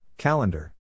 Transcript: Calendar